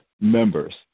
members